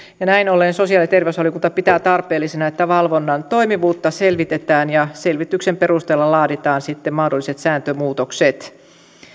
ja näin ollen sosiaali ja terveysvaliokunta pitää tarpeellisena että valvonnan toimivuutta selvitetään ja selvityksen perusteella laaditaan sitten mahdolliset sääntömuutokset